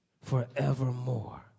forevermore